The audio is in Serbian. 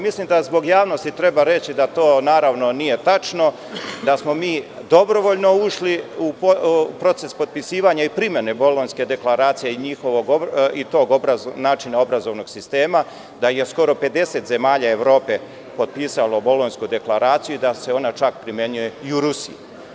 Mislim da zbog javnosti treba reći da to nije tačno, da smo mi dobrovoljno ušli u proces potpisivanja i primene Bolonjske deklaracije i tog načina obrazovnog sistema, da je skoro 50 zemalja Evrope potpisalo Bolonjsku deklaraciju i da se ona čak primenjuje i u Rusiji.